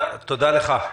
תודה לך.